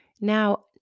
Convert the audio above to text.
Now